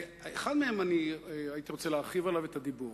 אחד מהם, הייתי רוצה להרחיב עליו את הדיבור.